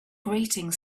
grating